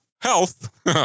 health